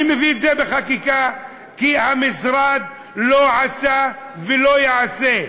אני מביא את זה בחקיקה, כי המשרד לא עשה ולא יעשה.